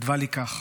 כתבה לי כך: